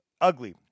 ugly